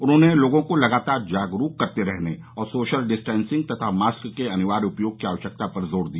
उन्होंने लोगों को लगातार जागरूक करते रहने और सोशल डिस्टेंसिंग तथा मास्क के अनिवार्य उपयोग की आवश्यकता पर जोर दिया